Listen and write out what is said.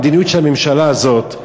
המדיניות של הממשלה הזאת,